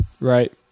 Right